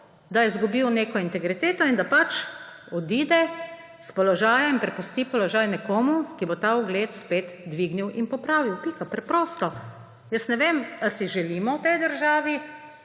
da je izgubil neko integriteto in da odide s položaja in prepusti položaj nekomu, ki bo ta ugled spet dvignil in popravil. Pika. Preprosto! Jaz ne vem, ali si želimo v tej državi